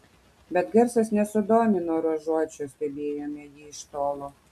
bet garsas nesudomino ruožuočio stebėjome jį iš tolo